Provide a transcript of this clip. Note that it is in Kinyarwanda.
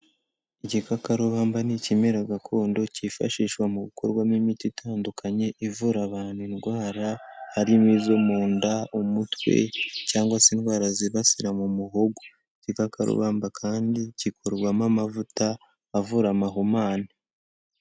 Igikakarubamba ni ikimera gakondo kifashishwa mu gukorwamo imiti itandukanye ivura abantu indwara, harimo izo mu nda, umutwe cyangwa se indwara zibasira mu muhogo, igikakarubamba kandi gikorwamo amavuta avura amahumane.